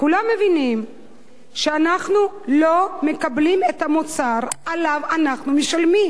כולם מבינים שאנחנו לא מקבלים את המוצר שעליו אנחנו משלמים.